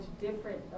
different